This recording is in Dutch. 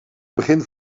begin